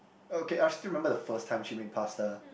okay I still remember the first time she made pasta